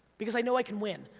because i know i can win,